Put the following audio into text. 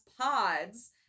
pods